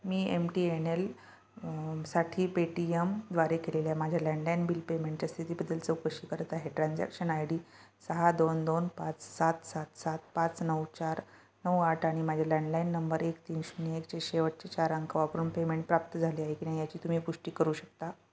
मी M T N L साठी पेटीयमद्वारे केलेल्या माझ्या लँडलाईन बिल पेमेंटच्या स्थितीबद्दल चौकशी करत आहे ट्रान्झॅक्शन आय डी सहा दोन दोन पाच सात सात सात पाच नऊ चार नऊ आठ आणि माझ्या लँडलाईन नंबर एक तीन शून्य एकचे शेवटचे चार अंक वापरून पेमेंट प्राप्त झाले आहे की नाही याची तुम्ही पुष्टी करू शकता